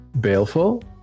Baleful